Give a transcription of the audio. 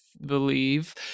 believe